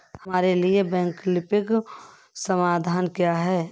हमारे लिए वैकल्पिक समाधान क्या है?